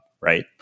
right